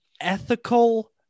ethical